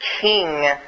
king